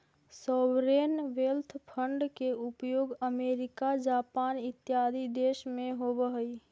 sovereign wealth fund के उपयोग America Japan इत्यादि देश में होवऽ हई